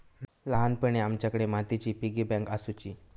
ल्हानपणी आमच्याकडे मातीची पिगी बँक आसुची